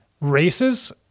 races